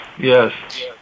Yes